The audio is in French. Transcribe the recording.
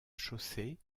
chaussée